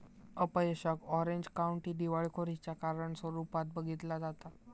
अपयशाक Orange County दिवाळखोरीच्या कारण रूपात बघितला जाता